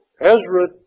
Ezra